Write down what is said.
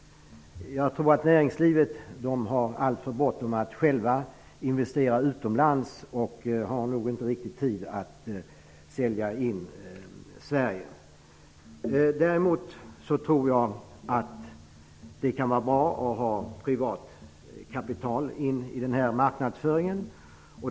Jag tror att näringslivet har alltför bråttom med att investera utomlands. Näringslivet har nog inte riktigt tid att sälja in Sverige. Jag tror däremot att det kan vara bra att få in privat kapital i denna marknadsföring.